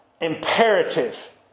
imperative